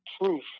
proof